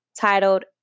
titled